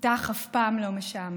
איתך אף פעם לא משעמם.